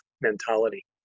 mentality